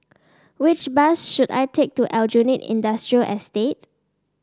which bus should I take to Aljunied Industrial Estate